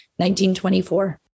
1924